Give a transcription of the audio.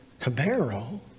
Camaro